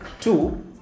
Two